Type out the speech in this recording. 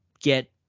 get